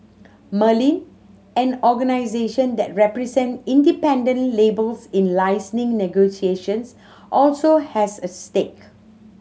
Merlin an organisation that represent independent labels in licensing negotiations also has a stake